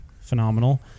Phenomenal